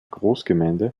großgemeinde